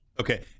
Okay